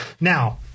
Now